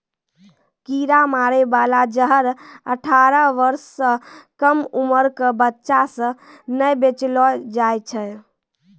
कीरा मारै बाला जहर अठारह बर्ष सँ कम उमर क बच्चा सें नै बेचबैलो जाय छै